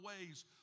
ways